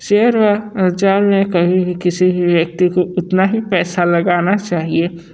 share व बाज़ार में कभी भी किसी भी व्यक्ति को उतना ही पैसा लगाना चाहिए